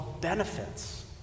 benefits